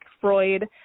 Freud